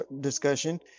discussion